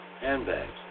handbags